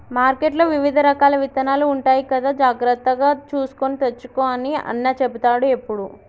మార్కెట్లో వివిధ రకాల విత్తనాలు ఉంటాయి కదా జాగ్రత్తగా చూసుకొని తెచ్చుకో అని అన్న చెపుతాడు ఎప్పుడు